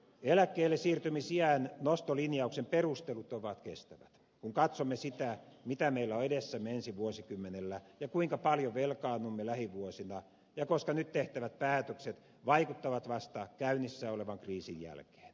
eläkkeellesiirtymisiän nostolinjauksen perustelut ovat kestävät kun katsomme sitä mitä meillä on edessämme ensi vuosikymmenellä ja kuinka paljon velkaannumme lähivuosina ja koska nyt tehtävät päätökset vaikuttavat vasta käynnissä olevan kriisin jälkeen